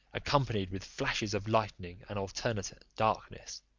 accompanied with flashes of lightning, and alternate darkness.